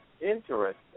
interesting